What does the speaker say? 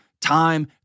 time